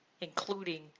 including